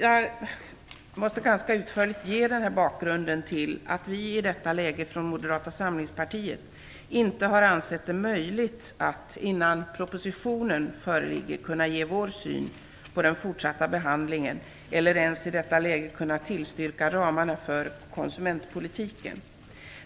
Jag måste ganska utförligt teckna bakgrunden till att vi från Moderata samlingspartiet inte har ansett det möjligt att innan propositionen föreligger ge vår syn på den fortsatta behandlingen eller ens tillstyrka ramarna för konsumentpolitiken.